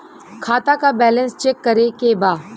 खाता का balance check करे के बा?